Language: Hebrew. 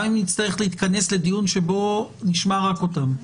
גם אם נצטרך להתכנס לדיון שבו נשמע רק אותם.